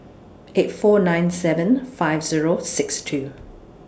eight four nine seven five Zero six two